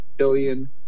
billion